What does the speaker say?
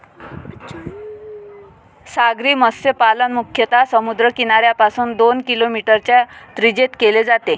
सागरी मत्स्यपालन मुख्यतः समुद्र किनाऱ्यापासून दोन किलोमीटरच्या त्रिज्येत केले जाते